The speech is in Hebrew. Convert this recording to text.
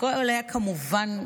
הכול היה, כמובן,